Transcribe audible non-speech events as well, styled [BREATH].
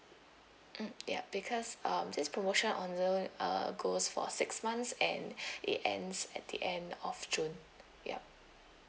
mm ya because um this promotion under uh goes for six months and [BREATH] it ends at the end of june ya